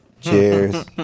Cheers